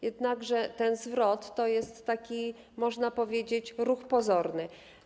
Jednakże ten zwrot to taki, można powiedzieć, ruch pozorny.